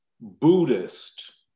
Buddhist